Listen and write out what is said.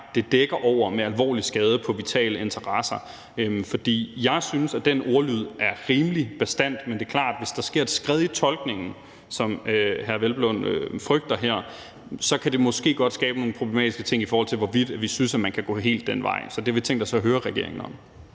det dækker over, altså det med alvorlig skade for vitale interesser. For jeg synes, at den ordlyd er rimelig bastant, men det er klart, at hvis der sker et skred i tolkningen, som hr. Peder Hvelplund frygter her, kan det måske godt skabe nogle problematiske ting, i forhold til hvorvidt vi synes, at man helt kan gå den vej. Så det har vi tænkt os at høre regeringen om.